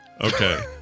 Okay